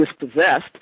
dispossessed